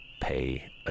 Pay